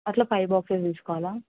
అట్ల five boxes తీసుకోవాలా